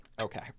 okay